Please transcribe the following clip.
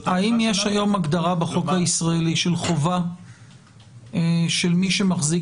האם יש היום הגדרה בחוק הישראלי של חובה של מי שמחזיק